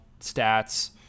stats